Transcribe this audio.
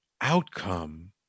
outcome